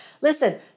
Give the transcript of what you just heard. listen